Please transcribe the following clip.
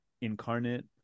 incarnate